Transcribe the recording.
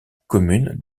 commune